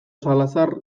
salazar